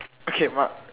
okay Mark